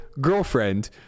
girlfriend